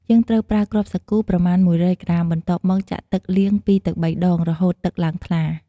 យើងត្រូវប្រើគ្រាប់សាគូប្រមាណ ១០០ក្រាម បន្ទាប់មកចាក់ទឹកលាង ២ទៅ៣ដង រហូតទឹកឡើងថ្លា។